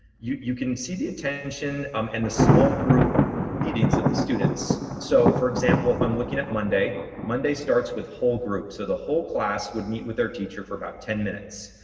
you you can see the attention um and the small group meetings of the students. so for example if i'm looking at monday, monday starts with whole group. so the whole class would meet with their teacher for about ten minutes.